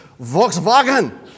Volkswagen